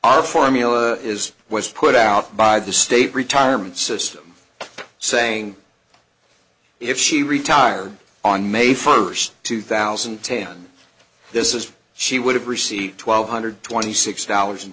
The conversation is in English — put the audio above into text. are formula is what's put out by the state retirement system saying if she retired on may first two thousand and ten this is she would have received twelve hundred twenty six dollars and